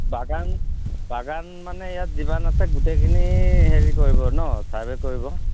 বাগান বাগান মানে ইয়াত যিমান আছে গোটেইখিনি হেৰি কৰিব ন ছাৰ্ভে কৰিব